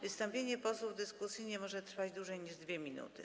Wystąpienie posłów w dyskusji nie może trwać dłużej niż 2 minuty.